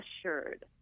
assured